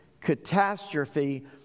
catastrophe